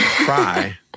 cry